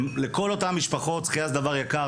לכל אותן משפחות שחייה זה דבר יקר,